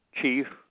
chief